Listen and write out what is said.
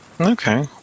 Okay